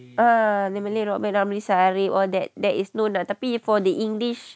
ah the malay rock band ramli sarip all that there is known tapi for the english